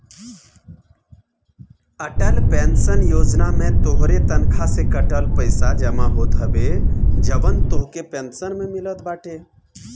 Atal pension Yojana में तोहरे तनखा से कटल पईसा जमा होत हवे जवन तोहके पेंशन में मिलत बाटे